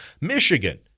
Michigan